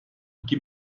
iki